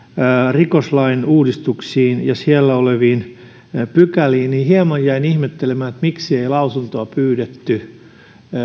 rikoslain uudistuksiin ja siellä oleviin pykäliin niin hieman jäin ihmettelemään miksi ei lausuntoa pyydetty